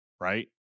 Right